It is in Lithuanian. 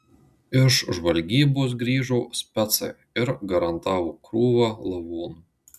iš žvalgybos grįžo specai ir garantavo krūvą lavonų